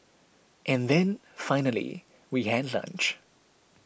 and then finally we had lunch